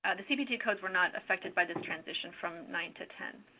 the cbt codes were not affected by this transition from nine to ten.